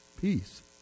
peace